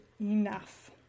enough